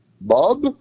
Bob